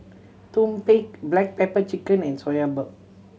tumpeng black pepper chicken and Soya Milk